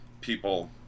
people